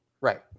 Right